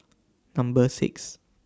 Number six